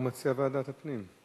הוא מציע ועדת הפנים.